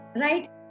right